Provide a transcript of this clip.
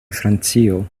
francio